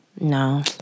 no